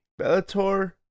Bellator